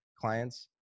clients